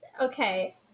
Okay